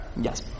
Yes